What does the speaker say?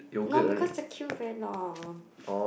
no because the queue very long